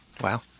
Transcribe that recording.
Wow